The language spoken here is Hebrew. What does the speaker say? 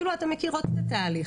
אתן מכירות את התהליך,